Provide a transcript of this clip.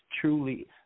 truly